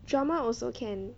drama also can